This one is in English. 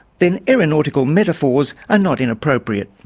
then aeronautical metaphors are not inappropriate.